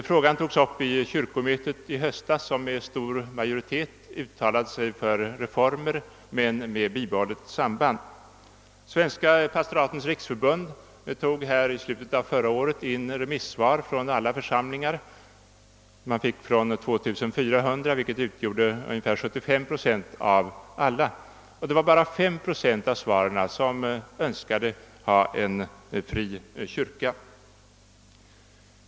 Frågan togs upp i kyrkomötet i höstas, som med stor majoritet uttalade sig för reformer men med bibehållet samband. Svenska pastoratens riksförbund tog i slutet av förra året in remissvar från alla församlingar. Man fick svar från 2400, vilket utgjorde ungefär 75 procent av alla. Det var bara fem procent som önskade ha en fri kyrka.